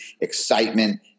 excitement